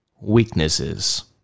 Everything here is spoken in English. weaknesses